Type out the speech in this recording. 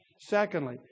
Secondly